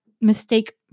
mistake